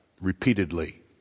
repeatedly